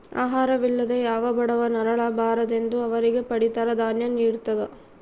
ಆಹಾರ ವಿಲ್ಲದೆ ಯಾವ ಬಡವ ನರಳ ಬಾರದೆಂದು ಅವರಿಗೆ ಪಡಿತರ ದಾನ್ಯ ನಿಡ್ತದ